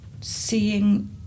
seeing